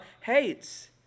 hates